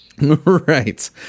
right